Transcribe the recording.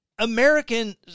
American